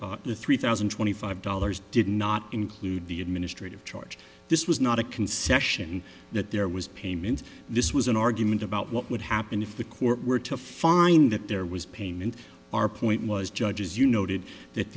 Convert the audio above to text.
the three thousand and twenty five dollars did not include the administrative charge this was not a concession that there was payment this was an argument about what would happen if the court were to find that there was pain and our point was judge as you noted that